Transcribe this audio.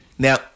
Now